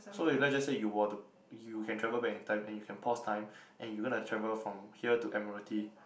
so if let's just say you were to you can travel back in time and you can pause time and you gonna travel from here to Admiralty